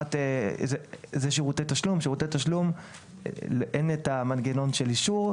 לשירותי תשלום אין את המנגנון של אישור,